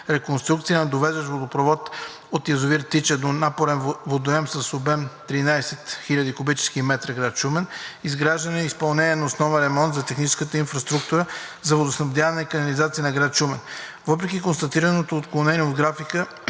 реконструкция на довеждащ водопровод от язовир „Тича“ до напорен водоем с обем 13 000 кубически метра – град Шумен; изграждане и изпълнение на основен ремонт на техническа инфраструктура за водоснабдяване и канализация на град Шумен. Въпреки констатираното отклонение от графика